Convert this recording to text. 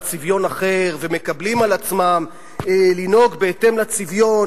צביון אחר ומקבלים על עצמם לנהוג בהתאם לצביון,